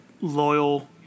loyal